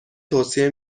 توصیه